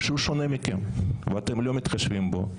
יבוא "ובלבד שאינו בית החולים היחיד בעיר".